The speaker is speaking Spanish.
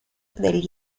del